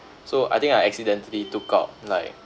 so I think I accidentally took out like